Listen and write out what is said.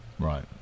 Right